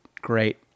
great